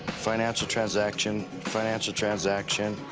financial transaction, financial transaction,